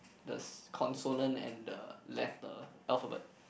the consonant and the letter alphabet